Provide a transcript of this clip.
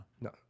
No